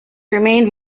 remained